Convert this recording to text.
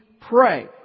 pray